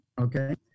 okay